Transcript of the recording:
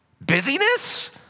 Busyness